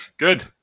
Good